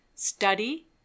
Study